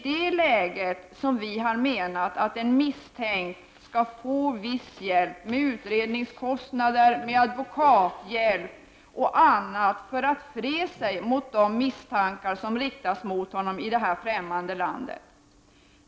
Därför har vi menat att en misstänkt skall få exempelvis hjälp med utredningskostnader, med advokathjälp och annat, för att freda sig mot de misstankar som riktas mot honom i det främmande landet.